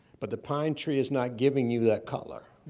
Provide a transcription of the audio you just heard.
but the pine tree is not giving you that color.